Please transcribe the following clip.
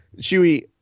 Chewy